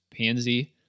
Pansy